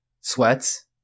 Sweats